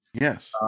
Yes